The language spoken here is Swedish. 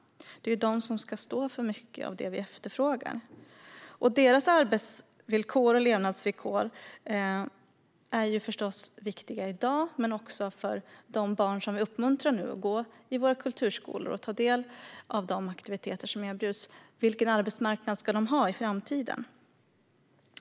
Det är de som ska stå för mycket av det som vi efterfrågar. Kulturskaparnas arbets och levnadsvillkor är förstås viktiga i dag men också för de barn som vi nu uppmuntrar att gå i våra kulturskolor och ta del av de aktiviteter som erbjuds. Vilken arbetsmarknad ska de ha i framtiden?